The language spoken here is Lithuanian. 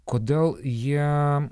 kodėl jie